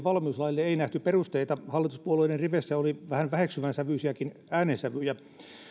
valmiuslaille ei nähty perusteita hallituspuolueiden riveissä oli vähän väheksyvän sävyisiäkin äänensävyjä